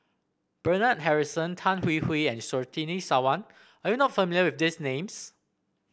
Bernard Harrison Tan Hwee Hwee and Surtini Sarwan are you not familiar with these names